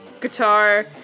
guitar